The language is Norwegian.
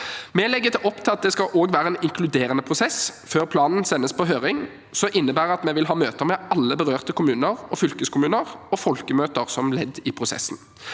Vi legger opp til at det også skal være en inkluderende prosess før planen sendes på høring, som innebærer at vi vil ha møter med alle berørte kommuner og fylkeskommuner, og folkemøter som ledd i prosessen.